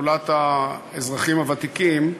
שדולת האזרחים הוותיקים,